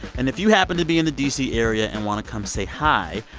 and if you happen to be in the d c. area and want to come say hi,